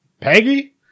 Peggy